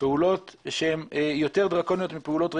שהן יותר דרקוניות מפעולות רגילות.